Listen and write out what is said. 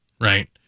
right